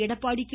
Edappadi K